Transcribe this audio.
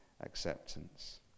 acceptance